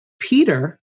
Peter